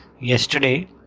Yesterday